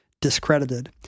discredited